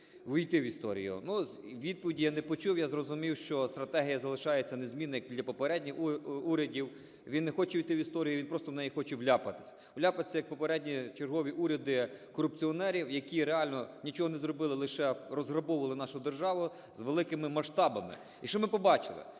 ввійти в історію. Ну відповіді я не почув. Я зрозумів, що стратегія залишається незмінна як для попередніх урядів, він не хочу ввійти в історію, він просто в неї хоче вляпатись. Вляпатись як попередні чергові уряди корупціонерів, які реально нічого не зробили, лише розграбовували нашу державу з великими масштабами. І що ми побачили?